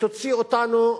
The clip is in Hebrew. שתוציא אותנו,